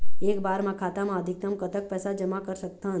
एक बार मा खाता मा अधिकतम कतक पैसा जमा कर सकथन?